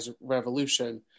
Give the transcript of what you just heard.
revolution